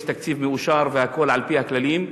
יש תקציב מאושר והכול על-פי הכללים.